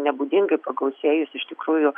nebūdingai pagausėjus iš tikrųjų